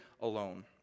alone